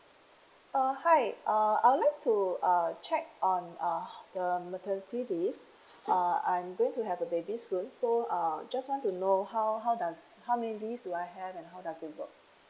uh hi uh I would like to uh check on uh the maternity leave uh I'm going to have a baby soon so um just want to know how how does how many leave do I have and how does it work